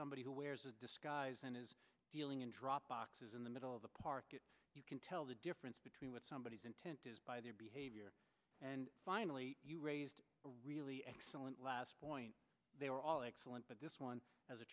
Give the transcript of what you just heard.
somebody who wears a disguise and is dealing in drop boxes in the middle of the park if you can tell the difference between what somebody is intent is by their behavior and finally you raised a really excellent last point they were all excellent but this one as a